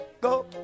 go